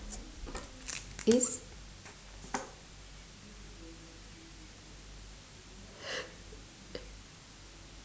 yes